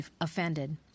offended